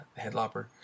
Headlopper